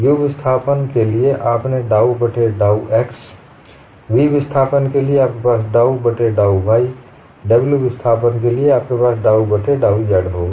u विस्थापन के लिए आपने डाउ बट्टे डाउ x v विस्थापन के लिए आपके पास डाउ बट्टे डाउ y w विस्थापन के लिए होगा आपके पास डाउ बट्टे डाउ z होगा